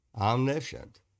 omniscient